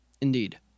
Indeed